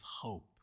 hope